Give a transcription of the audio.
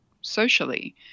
socially